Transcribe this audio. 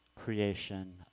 creation